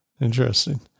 interesting